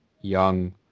young